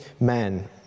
Man